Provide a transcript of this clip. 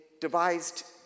devised